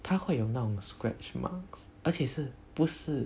她会有那种 scratch marks 而且是不是